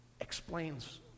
explains